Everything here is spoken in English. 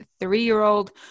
three-year-old